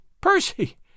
Percy